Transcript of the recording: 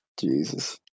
Jesus